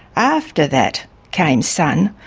after that came sun,